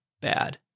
bad